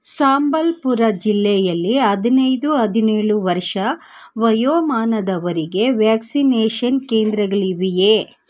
ಸಂಬಲ್ಪುರ ಜಿಲ್ಲೆಯಲ್ಲಿ ಹದಿನೈದು ಹದಿನೇಳು ವರ್ಷ ವಯೋಮಾನದವರಿಗೆ ವ್ಯಾಕ್ಸಿನೇಶನ್ ಕೇಂದ್ರಗಳಿವೆಯೇ